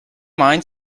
mind